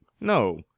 no